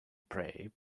pray